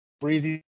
Breezy